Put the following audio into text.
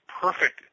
perfect